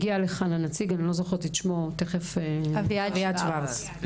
הגיע לכאן הנציג, אביעד שוורץ.